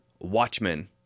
Watchmen